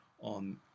on